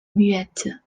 muette